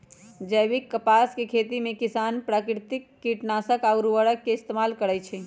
जैविक कपास के खेती में किसान प्राकिरतिक किटनाशक आ उरवरक के इस्तेमाल करई छई